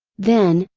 then,